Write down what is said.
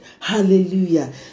Hallelujah